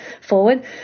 forward